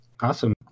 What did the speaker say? Awesome